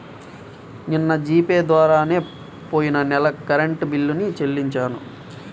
నిన్న G pay ద్వారానే పొయ్యిన నెల కరెంట్ బిల్లుని చెల్లించాను